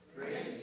Praise